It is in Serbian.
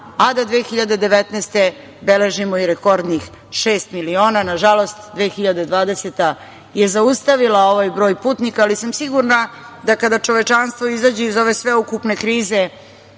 a da 2019. godine beležimo i rekordnih šest miliona. Na žalost, 2020. godina je zaustavila ovaj broj putnika, ali sam sigurno da kada čovečanstvo izađe iz ove sveukupne krize